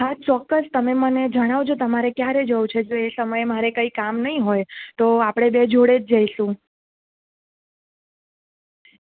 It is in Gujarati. હા ચોક્કસ તમે મને જણાવજો તમારે ક્યારે જવું છે જો એ સમયે મારે કઈ કામ નહીં હોય તો આપણે બે જોડે જ જઈશું